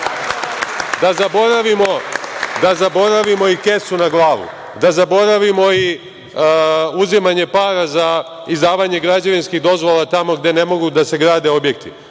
Da zaboravimo i kesu na glavu, da zaboravimo i uzimanje para za izdavanje građevinskih dozvola tamo gde ne mogu da se grade objekti,